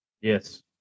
Yes